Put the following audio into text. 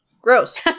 Gross